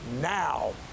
Now